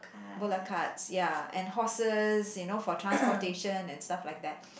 bullock carts ya and horses you know for transportation and stuff like that